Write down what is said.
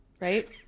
right